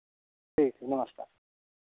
ठीक है नमस्कार